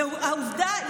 העובדה,